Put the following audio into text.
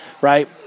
Right